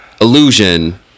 illusion